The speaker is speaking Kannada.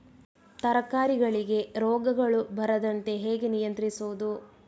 ತರಕಾರಿಗಳಿಗೆ ರೋಗಗಳು ಬರದಂತೆ ಹೇಗೆ ನಿಯಂತ್ರಿಸುವುದು?